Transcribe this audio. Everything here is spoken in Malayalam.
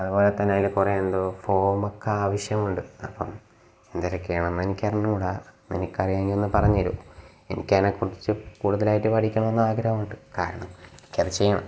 അതുപോലെ തന്നെ അതിൽ കുറേ എന്തോ ഫോം ഒക്കെ ആവശ്യമുണ്ട് അപ്പം എന്തൊക്കെയാണെന്ന് എനിക്ക് അറിഞ്ഞുകൂടാ നിനക്ക് അറിയാമെങ്കില് ഒന്ന് പറഞ്ഞ് തരുമോ എനിക്ക് അതിനെക്കുറിച്ച് കൂടുതലായിട്ട് പഠിക്കണമെന്ന് ആഗ്രഹമുണ്ട് കാരണം എനിക്കത് ചെയ്യണം